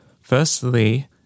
Firstly